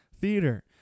theater